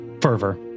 fervor